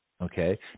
okay